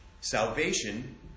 salvation